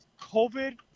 COVID